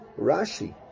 Rashi